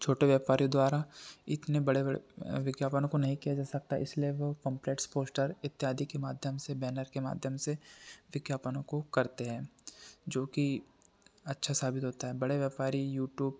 छोटे व्यापारियों द्वारा इतने बड़े बड़े विज्ञापनों को नही किया जा सकता इसलिए वो पंफ़लेट्स पोस्टर इत्यादि के माध्यम से बैनर के माध्यम से विज्ञापनों को करते हैं जोकि अच्छा साबित होता है बड़े व्यापारी यूटूब